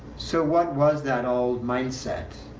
so what was that old mindset?